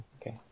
Okay